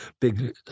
big